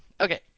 Okay